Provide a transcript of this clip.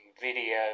video